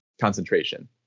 concentration